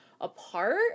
apart